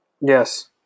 Yes